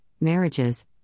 marriages